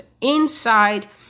inside